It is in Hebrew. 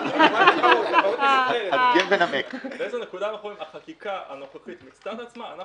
היא באיזו נקודה החקיקה הנוכחית מיצתה את עצמה?